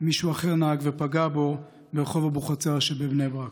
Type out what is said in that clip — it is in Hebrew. מישהו אחר נהג ופגע בו ברחוב אבוחצירה בבני ברק,